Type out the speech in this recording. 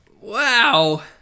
Wow